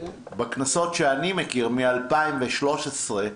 בכנסות שאני מכיר מ-2013,